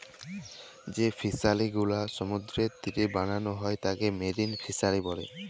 যেই ফিশারি গুলো সমুদ্রের তীরে বানাল হ্যয় তাকে মেরিন ফিসারী ব্যলে